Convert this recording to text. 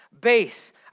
base